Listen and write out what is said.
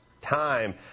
time